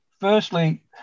firstly